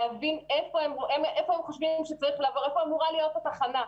להבין איפה הם חושבים שאמורה להיות התחנה,